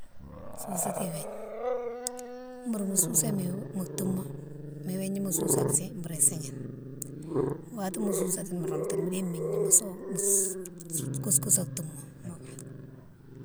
Sousati wégna, bourou mo sousa mo tougma, mo wégna mo sousa bourou sihine, wati mo sousati mo roumtou mo déye migne mounne mo so, mo kousse kousse tougma.